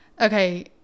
okay